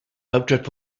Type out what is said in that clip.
hauptstadt